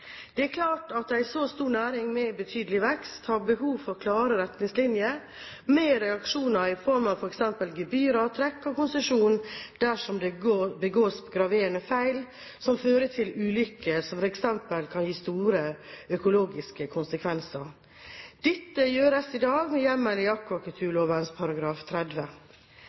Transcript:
Det er klart at en så stor næring, med betydelig vekst, har behov for klare retningslinjer med reaksjoner i form av f.eks. gebyrer og trekk av konsesjon dersom det begås graverende feil som fører til ulykker som f.eks. kan gi store økologiske konsekvenser. Dette gjøres i dag, med hjemmel i akvakulturloven § 30.